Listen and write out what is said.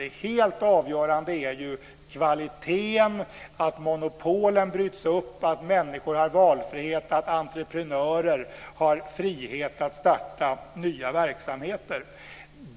Det helt avgörande är ju kvaliteten, att monopolen bryts upp, att människor har valfrihet och att entreprenörer har frihet att starta nya verksamheter.